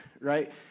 right